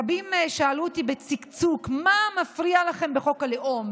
רבים שאלו אותי בצקצוק: מה מפריע לכם בחוק הלאום?